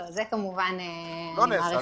לא, זה כמובן אני מעריכה שלא.